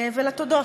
ולתודות.